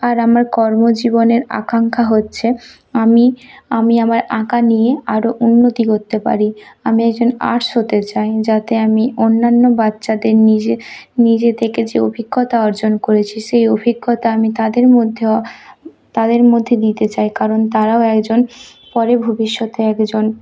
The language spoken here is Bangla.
আর আমার কর্মজীবনের আকাঙ্ক্ষা হচ্ছে আমি আমি আমার আঁকা নিয়ে আরও উন্নতি করতে পারি আমি একজন আর্টস হতে চাই যাতে আমি অন্যান্য বাচ্চাদের নিজে নিজে থেকে যে অভিজ্ঞতা অর্জন করেছি সেই অভিজ্ঞতা আমি তাদের মধ্যেও তাদের মধ্যে দিতে চাই কারণ তারাও একজন পরে ভবিষ্যতে একজন